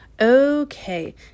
Okay